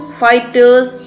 fighters